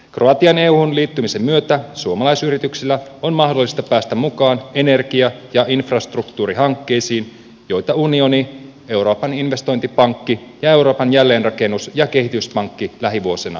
kroatian euhun liittymisen myötä suomalaisyritysten on mahdollista päästä mukaan energia ja infrastruktuuri hankkeisiin joita unioni euroopan investointipankki ja euroopan jälleenrakennus ja kehityspankki lähivuosina rahoittavat